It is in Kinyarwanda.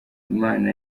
imana